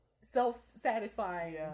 self-satisfying